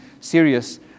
serious